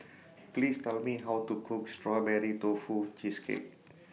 Please Tell Me How to Cook Strawberry Tofu Cheesecake